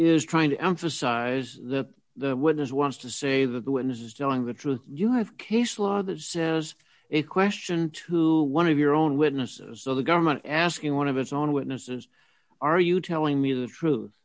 is trying to emphasize that the witness wants to say that the ones telling the truth you have case law that says a question to one of your own witnesses so the government asking one of its own witnesses are you telling me the truth